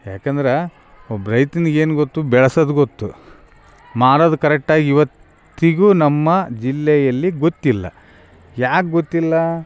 ಯಾಕಂದ್ರೆ ಒಬ್ಬ ರೈತನಿಗೇನು ಗೊತ್ತು ಬೆಳ್ಸೋದ್ ಗೊತ್ತು ಮಾರೋದ್ ಕರೆಟ್ಟಾಗ್ ಇವತ್ತಿಗೂ ನಮ್ಮ ಜಿಲ್ಲೆಯಲ್ಲಿ ಗೊತ್ತಿಲ್ಲ ಯಾಕೆ ಗೊತ್ತಿಲ್ಲಾ